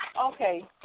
Okay